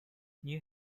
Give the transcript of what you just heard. new